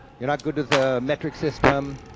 you're not good with the metric system,